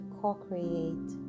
co-create